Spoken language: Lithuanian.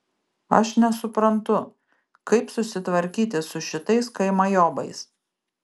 aš nesuprantu kaip susitvarkyti su šitais kaimajobais